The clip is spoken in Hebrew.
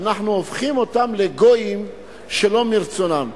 אנחנו הופכים אותם לגויים שלא מרצונם.